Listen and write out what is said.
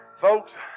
folks